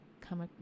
come